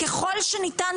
ככל שניתן,